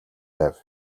байв